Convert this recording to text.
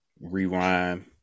rewind